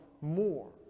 more